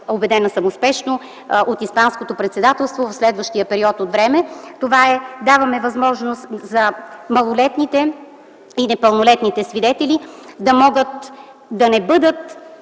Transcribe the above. изпълнява успешно от испанското председателство за следващия период от време. Даваме възможност за малолетните и непълнолетните свидетели да могат да не бъдат